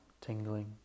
tingling